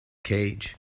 cage